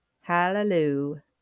Hallelujah